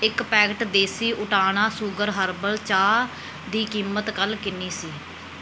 ਇੱਕ ਪੈਕਟ ਦੇਸੀ ਊਟਾਨਾ ਸੂਗਰ ਹਰਬਲ ਚਾਹ ਦੀ ਕੀਮਤ ਕੱਲ ਕਿੰਨੀ ਸੀ